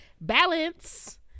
Balance